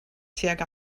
tuag